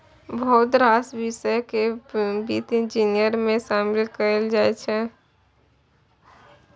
बहुत रास बिषय केँ बित्त इंजीनियरिंग मे शामिल कएल जाइ छै